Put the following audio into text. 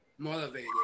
motivated